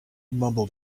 mumbled